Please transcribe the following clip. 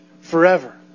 forever